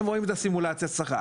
הם רואים את סימולציית השכר,